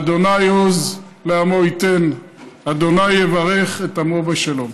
"ה' עז לעמו יתן, ה' יברך את עמו בשלום".